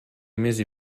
mesi